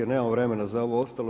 Nemam vremena za ovo ostalo.